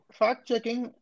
fact-checking